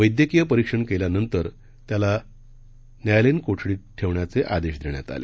वैद्याकीय परिक्षण केल्यानंतर त्याला न्यायालयीन कोठडीत ठेवण्याचे आदेश दिले